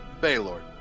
Baylord